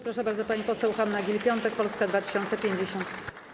Proszę bardzo, pani poseł Hanna Gill-Piątek, Polska 2050.